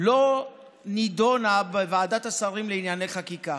לא נדונה בוועדת השרים לענייני חקיקה,